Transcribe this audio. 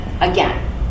again